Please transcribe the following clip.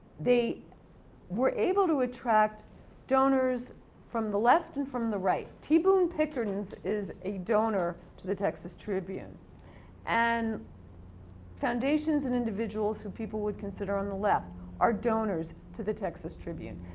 they were able to attract donors from the left and from the right. t. boone pickens is a donor to the texas tribune and foundations and individuals who people would consider on the left are donors to the texas tribune.